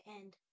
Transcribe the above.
end